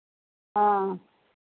हाँ